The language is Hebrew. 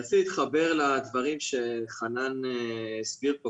רציתי להתחבר לדברים שחנן הסביר פה